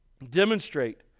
Demonstrate